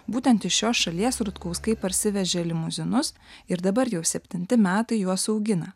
būtent iš šios šalies rutkauskai parsivežė limuzinus ir dabar jau septinti metai juos augina